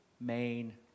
main